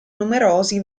numerosi